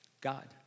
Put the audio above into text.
God